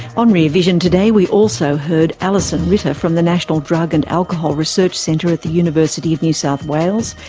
on rear vision today we also heard alison ritter from the national drug and alcohol research centre at the university of new south wales,